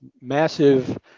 massive